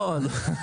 לא אתה,